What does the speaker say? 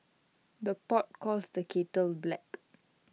the pot calls the kettle black